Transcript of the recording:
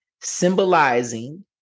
symbolizing